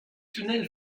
tunnels